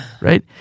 Right